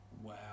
wow